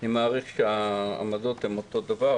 אני מעריך שהעמדות הן אותו דבר,